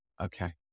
Okay